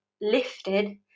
lifted